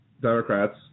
Democrats